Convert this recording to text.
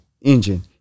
engine